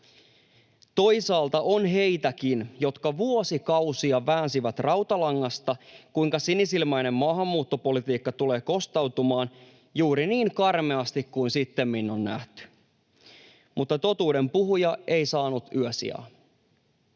Toisaalta on heitäkin, jotka vuosikausia väänsivät rautalangasta, kuinka sinisilmäinen maahanmuuttopolitiikka tulee kostautumaan juuri niin karmeasti kuin sittemmin on nähty, mutta totuuden puhuja ei saanut yösijaa.